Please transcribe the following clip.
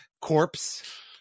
corpse